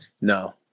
no